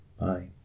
bye